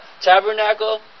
tabernacle